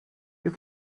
you